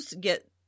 get